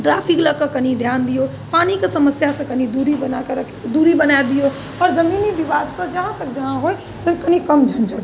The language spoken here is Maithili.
ट्रैफिकके लऽ कऽ कनि धिआन दिऔ पानीके समस्यासँ कनी दूरी बनाकऽ राखिऔ दूरी बना दिऔ आओर जमीनी विवादसँ जहाँ तक जहाँसँ कनि कम झंझटि होइ